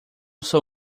sou